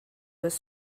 was